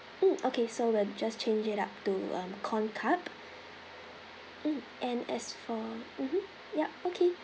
mm okay so we'll just change it up to um corn cup mm and as for mmhmm yup okay